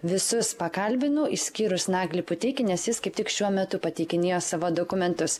visus pakalbinu išskyrus naglį puteikį nes jis kaip tik šiuo metu pateikinėjo savo dokumentus